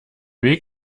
weg